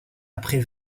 après